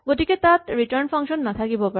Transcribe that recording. গতিকে তাত return function নাথাকিব পাৰে